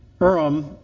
Urim